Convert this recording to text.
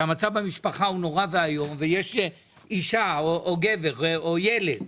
שהמצב במשפחה הוא נורא ואיום ויש אישה או גבר או ילד חולים,